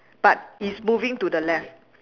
but he's moving to the left